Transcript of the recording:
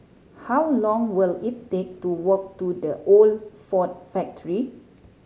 how long will it take to walk to The Old Ford Factory